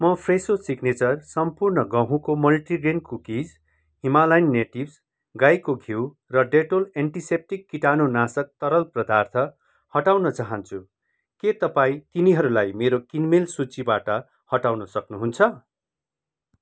म Fresho signature सम्पूर्ण गहुँको मल्टिग्रेन कुकिज हिमालयन नेटिभ्स गाईको घिउ र डेटोल एन्टिसेप्टिक कीटाणुनाशक तरल प्रदार्थ हटाउन चाहन्छु के तपाईँ तिनीहरूलाई मेरो किनमेल सूचीबाट हटाउन सक्नुहुन्छ